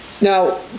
Now